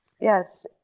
yes